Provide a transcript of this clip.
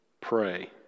pray